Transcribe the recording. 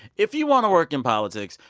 if you want to work in politics,